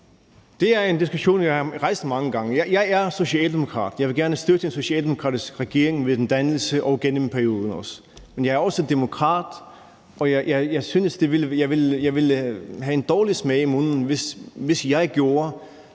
Det er en diskussion, jeg har rejst mange gange. Jeg er socialdemokrat; jeg vil gerne støtte en socialdemokratisk regering ved en dannelse og gennem en periode også. Men jeg er også demokrat, og jeg ville have en dårlig smag i munden, hvis jeg gjorde, at